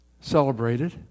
celebrated